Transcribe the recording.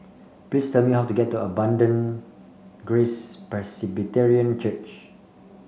please tell me how to get to Abundant Grace Presbyterian Church